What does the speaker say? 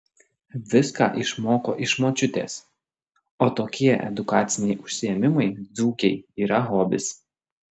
viską išmoko iš močiutės o tokie edukaciniai užsiėmimai dzūkei yra hobis